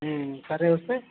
సరే ఓకే